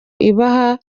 ibaho